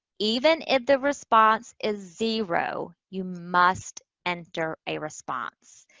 even if the response is zero, you must enter a response.